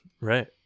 Right